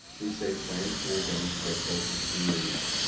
we say plan school zones to their closest communities,